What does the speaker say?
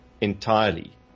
entirely